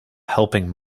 helping